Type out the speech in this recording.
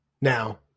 Now